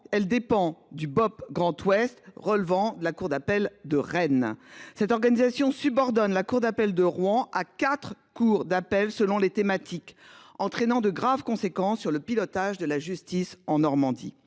elle dépend du bop Grand-Ouest relevant de la cour d'appel de Rennes. Cette organisation subordonne la cour d'appel de Rouen à 4. Cour d'appel, selon les thématiques entraînant de graves conséquences sur le pilotage de la justice en Normandie